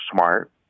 smart